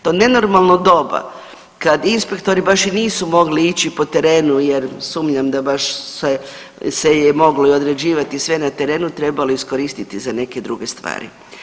To nenormalno doba kad inspektori baš i nisu mogli ići po terenu jer sumnjam da baš se je i moglo određivati i sve na terenu trebalo je iskoristiti za neke druge stvari.